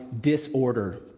disorder